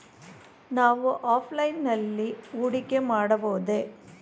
ನಾವು ಆಫ್ಲೈನ್ ನಲ್ಲಿ ಹೂಡಿಕೆ ಮಾಡಬಹುದೇ?